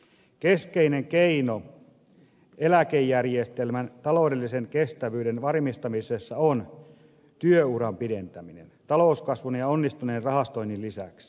keskeinen keino eläkejärjestelmän taloudellisen kestävyyden varmistamisessa on työuran pidentäminen talouskasvun ja onnistuneen rahastoinnin lisäksi